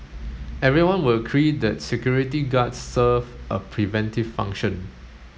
everyone will agree that security guards serve a preventive function